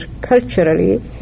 culturally